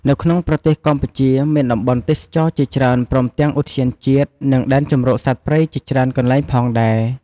នៅក្នុងប្រទេសកម្ពុជាមានតំបន់់ទេសចរណ៏ជាច្រើនព្រមទាំងឧទ្យានជាតិ និងដែនជម្រកសត្វព្រៃជាច្រើនកន្លែងផងដែរ។